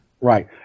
Right